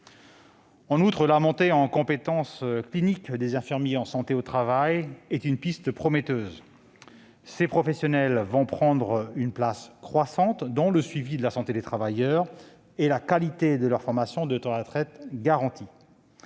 En outre, la montée en compétences cliniques des infirmiers de santé au travail est une piste prometteuse. Ces professionnels vont prendre une place croissante dans le suivi de la santé des travailleurs et la qualité de leur formation devra être garantie.